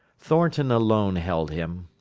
thornton alone held him.